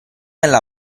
alla